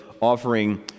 offering